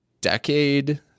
decade